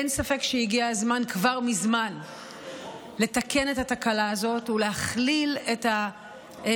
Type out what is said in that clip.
אין ספק שהגיע הזמן כבר מזמן לתקן את התקלה הזאת ולהכליל את המוחלשות